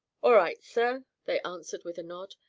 all right, sir, they answered with a nod,